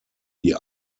die